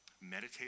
meditate